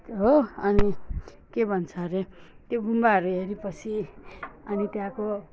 हो अनि के भन्छ अरे त्यो गुम्बाहरू हेरेपछि अनि त्यहाँको